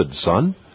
Son